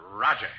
Roger